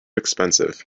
expensive